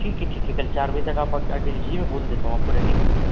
ٹھیک ہے ٹھیک ہے کل چار بجے تک آپ آ کے لے جائیے میں بول دیتا ہوں آپ کو ریڈی ملے گی